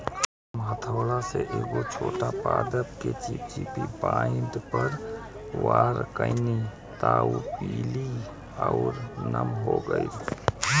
हम हथौड़ा से एगो छोट पादप के चिपचिपी पॉइंट पर वार कैनी त उ पीले आउर नम हो गईल